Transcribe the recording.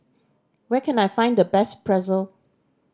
where can I find the best Pretzel